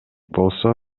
болсо